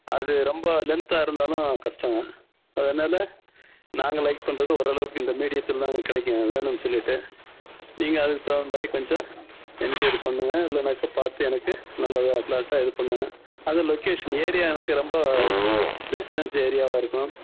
அது ரொம்ப லென்த்தாக இருந்தாலும் கஷ்டோங்க அதனாலே நாங்கள் லைக் பண்ணுறது ஒரு அளவுக்கு இந்த மீடியத்தில் தாங்க கிடைக்கும் வேணும்னு சொல்லிவிட்டு நீங்கள் அதுக்கு தகுந்த மாதிரி கொஞ்சம் என்கொயரி பண்ணுங்க இல்லைனாக்க பார்த்து எனக்கு நல்லதாக ஃபிளாட்டாக இது பண்ணுங்க அதுவும் லொகேஷன் ஏரியா எனக்கு ரெம்ப ரெசிடென்ஸ் ஏரியாவாக இருக்கணும்